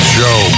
Show